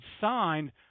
signed